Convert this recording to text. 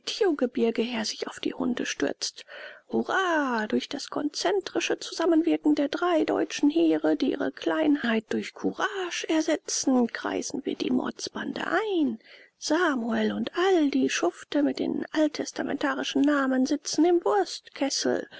her sich auf die hunde stürzt hurra durch das konzentrische zusammenwirken der drei deutschen heere die ihre kleinheit durch kurasch ersetzen kreisen wir die mordsbande ein samuel und all die schufte mit den alttestamentlichen namen sitzen im